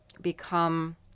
become